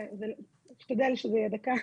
אני אשתדל שזה יהיה דקה.